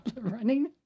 running